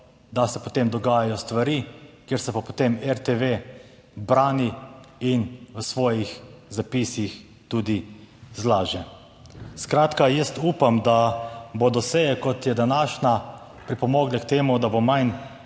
da se potem dogajajo stvari, kjer se pa potem RTV brani in v svojih zapisih tudi zlaže. Skratka, jaz upam, da bodo seje, kot je današnja, pripomogle k temu, da bo manj